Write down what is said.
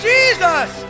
Jesus